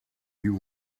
you